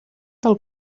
del